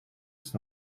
ist